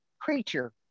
creature